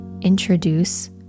introduce